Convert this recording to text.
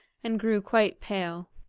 and grew quite pale.